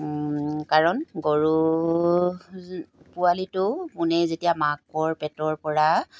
কাৰণ গৰু পোৱালিটো পুনেই যেতিয়া মাকৰ পেটৰপৰা